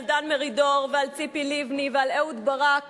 דן מרידור ועל ציפי לבני ועל אהוד ברק